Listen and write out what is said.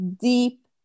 deep